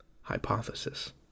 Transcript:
Hypothesis